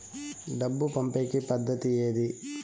డబ్బు పంపేకి పద్దతి ఏది